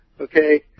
Okay